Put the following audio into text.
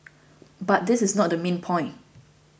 but this is not the main point